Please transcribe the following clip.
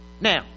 now